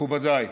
מכובדיי,